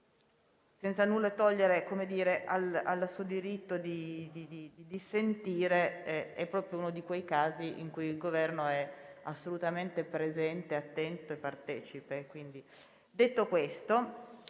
Senza nulla togliere al suo diritto di dissentire, lo ribadisco, questo è proprio uno di quei casi in cui il Governo è assolutamente presente, attento e partecipe.